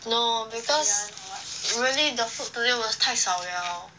no because really the food today was 太少 liao